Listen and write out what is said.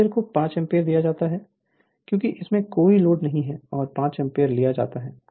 IL 0 को 5 ampere दिया जाता है क्योंकि इसमें कोई लोड नहीं है और 5 एम्पीयर लिया जाता है